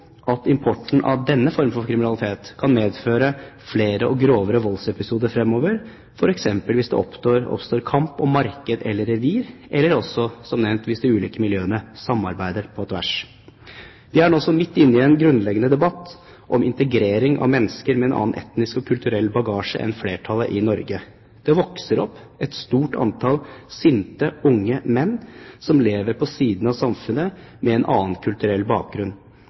at importen av denne form for kriminalitet kan medføre flere og grovere voldsepisoder fremover, f.eks. hvis det oppstår kamp om marked eller revir, eller også, som nevnt, hvis de ulike miljøene samarbeider på tvers. Vi er nå også midt inne i en grunnleggende debatt om integrering av mennesker med en annen etnisk og kulturell bagasje enn flertallet i Norge. Det vokser opp et stort antall sinte, unge menn som lever på siden av samfunnet med en annen kulturell bakgrunn.